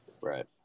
Right